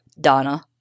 Donna